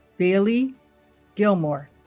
bailee gilmore